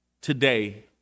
Today